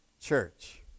church